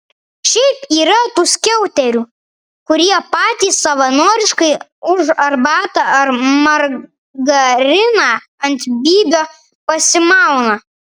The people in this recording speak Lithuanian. šiaip yra tų skiauterių kurie patys savanoriškai už arbatą ar margariną ant bybio pasimauna